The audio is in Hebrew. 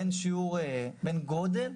בין גודל